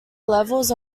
levels